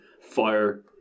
fire